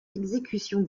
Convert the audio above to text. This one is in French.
exécution